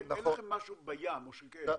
אין לכם משהו בים או שכן?